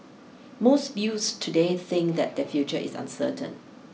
most youths today think that their future is uncertain